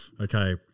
Okay